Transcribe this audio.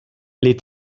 les